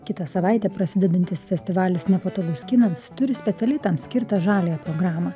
kitą savaitę prasidedantis festivalis nepatogus kinas turi specialiai tam skirtą žaliąją programą